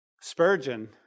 Spurgeon